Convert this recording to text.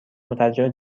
مترجم